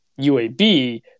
UAB